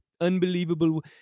unbelievable